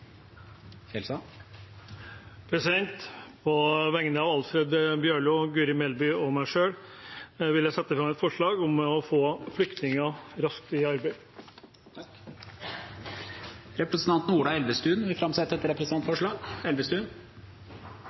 På vegne av Alfred Jens Bjørlo, Guri Melby og meg selv vil jeg sette fram et forslag om å få flyktninger raskt i arbeid. Representanten Ola Elvestuen vil framsette et representantforslag.